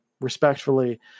respectfully